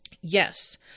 yes